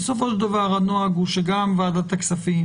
בסופו של דבר הנוהג הוא שגם ועדת הכספים